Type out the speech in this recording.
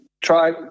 try